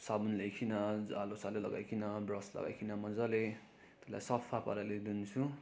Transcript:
साबुन ल्याइकन जालोसालो लगाइकिन ब्रस लगाइकिन मजाले त्यसलाई सफा पाराले धुन्छु